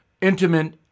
intimate